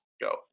go